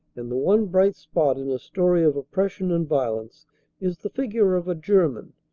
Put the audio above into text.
and the one bright spot in a story of oppression and violence is the figure of a german,